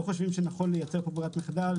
לא חושבים שנכון לייצר ברירת מחדל.